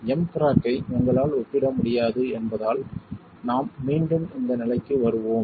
M கிராக்கை உங்களால் ஒப்பிட முடியாது என்பதால் நாம் மீண்டும் இந்த நிலைக்கு வருவோம்